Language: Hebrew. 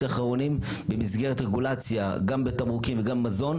האחרונים במסגרת רגולציה גם בתמרוקים וגם במזון,